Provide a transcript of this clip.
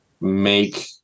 make